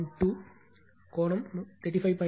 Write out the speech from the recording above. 2 கோணம் 35